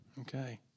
okay